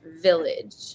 village